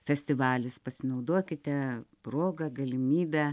festivalis pasinaudokite proga galimybe